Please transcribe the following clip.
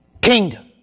kingdom